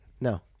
No